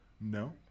No